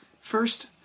First